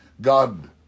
God